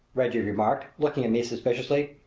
reggie remarked, looking at me suspiciously.